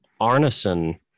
Arneson